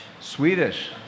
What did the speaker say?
Swedish